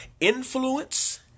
influence